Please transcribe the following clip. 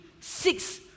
Six